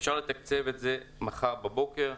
אפשר לתקצב את זה מחר בבוקר.